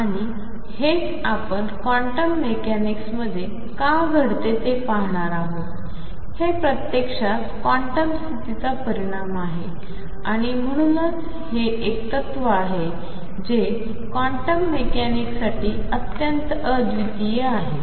आणि हेच आपण क्वांटम मेकॅनिक्समध्ये का घडते ते पाहणार आहोत हे प्रत्यक्षात क्वांटम स्थितीचा परिणाम आहे आणि म्हणूनच हे एक तत्त्व आहे जे क्वांटम मेकॅनिक्ससाठी अत्यंत अद्वितीय आहे